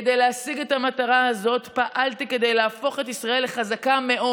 כדי להשיג את המטרה הזאת פעלתי כדי להפוך את ישראל לחזקה מאוד,